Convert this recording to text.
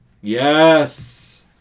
Yes